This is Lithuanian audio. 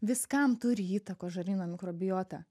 viskam turi įtakos žarnyno mikrobiota